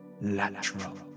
lateral